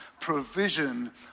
provision